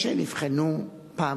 אלה שנבחנו פעם